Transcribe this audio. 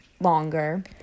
longer